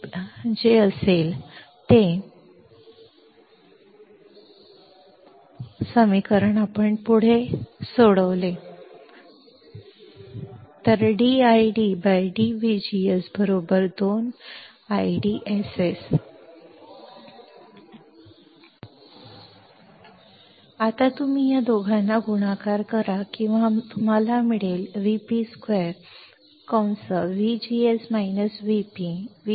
म्हणून जर मी हे समीकरण पुढे सोडवले तर माझ्याकडे काय आहे dIDdVGS 2IDSS आता तुम्ही या दोघांना गुणाकार करा किंवा तुम्हाला मिळेल Vp 2 VGS Vp